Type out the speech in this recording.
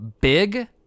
big